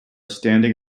standing